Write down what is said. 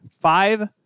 five